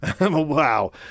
Wow